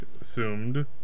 assumed